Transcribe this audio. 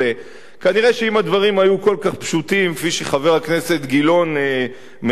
כנראה אם הדברים היו כל כך פשוטים כפי שחבר הכנסת גילאון מציג אותם,